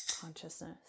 consciousness